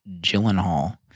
Gyllenhaal